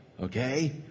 okay